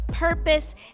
purpose